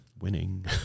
Winning